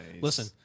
Listen